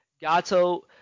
Gato